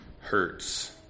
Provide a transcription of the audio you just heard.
hurts